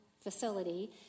facility